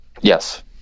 Yes